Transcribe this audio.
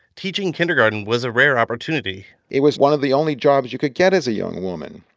teaching kindergarten was a rare opportunity it was one of the only jobs you could get as a young woman.